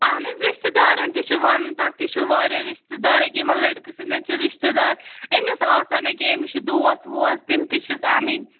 اَہن حَظ رِشتہٕ دارَن تہِ چھِ وَنُن تۄہہِ تہِ چھُ واریاہ رِشتہٕ دار أکیاہ یِمَن لٔڑکہٕ سٕنٛدٮ۪ن چھِ رِشتہٕ دار أمِس آسَن أکیٛاہ أمِس چھِ دوس ووس تِم تہِ چھِس اَنٕنۍ